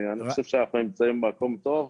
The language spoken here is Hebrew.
אני חושב שאנחנו נמצאים במקום טוב.